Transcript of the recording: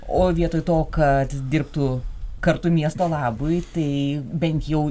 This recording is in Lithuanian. o vietoj to kad dirbtų kartu miesto labui tai bent jau